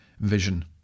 vision